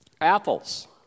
Apples